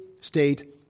state